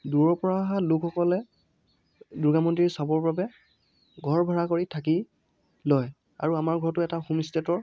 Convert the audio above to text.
দূৰৰ পৰা অহা লোকসকলে দুৰ্গা মন্দিৰ চাবৰ বাবে ঘৰ ভাড়া কৰি থাকি লয় আৰু আমাৰ ঘৰতো এটা হোমষ্টেৰ